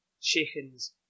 chickens